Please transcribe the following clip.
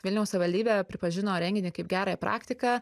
vilniaus savivaldybė pripažino renginį kaip gerąją praktiką